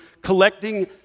collecting